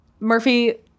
Murphy